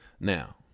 Now